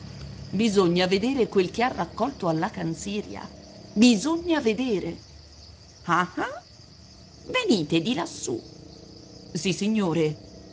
bisogna vedere quel che ha raccolto alla canziria bisogna vedere ah ah venite di lassù sissignore